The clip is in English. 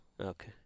Okay